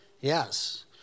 Yes